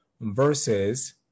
versus